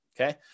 okay